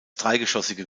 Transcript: dreigeschossige